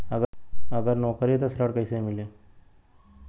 अगर नौकरी ह त ऋण कैसे मिली?